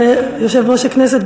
יושב-ראש הכנסת,